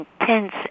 intense